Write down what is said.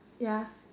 ya